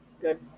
Good